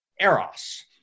eros